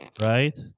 right